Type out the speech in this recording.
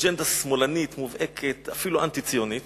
שמאלנית מובהקת, אפילו אנטי-ציונית